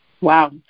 Wow